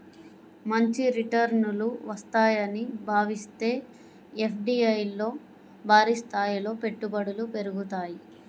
మంచి రిటర్నులు వస్తాయని భావిస్తే ఎఫ్డీఐల్లో భారీస్థాయిలో పెట్టుబడులు పెరుగుతాయి